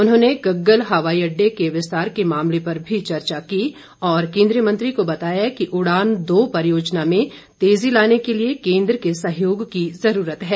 उन्होंने गग्गल हवाई अड्डे के विस्तार के मामले पर भी चर्चा की और केंद्रीय मंत्री को बताया कि उड़ान दो परियोजना में तेजी लाने के लिए केंद्र के सहयोग की जरूरत है